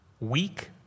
weak